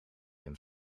hem